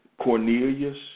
Cornelius